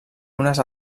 unes